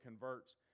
converts